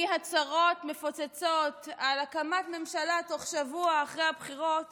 מהצהרות מפוצצות על הקמת ממשלה תוך שבוע אחרי הבחירות